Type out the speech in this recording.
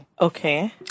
Okay